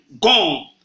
gone